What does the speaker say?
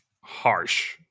harsh